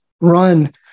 run